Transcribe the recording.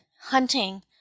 hunting